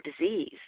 disease